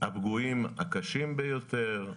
הפגועים הקשים ביותר,